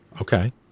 Okay